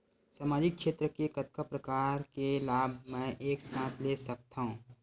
सामाजिक क्षेत्र के कतका प्रकार के लाभ मै एक साथ ले सकथव?